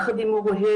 יחד עם הוריהם,